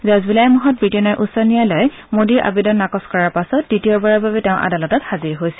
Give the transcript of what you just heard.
যোৱা জুলাই মাহত ৱিটেইনৰ উচ্চ ন্যায়ালয়ে মোডীৰ আবেদন নাকচ কৰাৰ পাছত দ্বিতীয়বাৰৰ বাবে তেওঁ আদালতত হাজিৰ হৈছিল